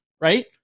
right